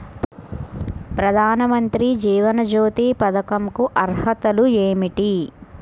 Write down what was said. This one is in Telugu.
ప్రధాన మంత్రి జీవన జ్యోతి పథకంకు అర్హతలు ఏమిటి?